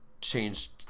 changed